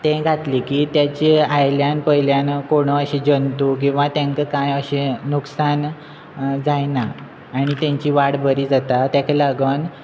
ते घातलें की ताचे आयल्यान पयल्यान कोण अशे जंतू किंवां तांकां कांय अशे नुकसान जायना आनी तांची वाड बरी जाता ताका लागून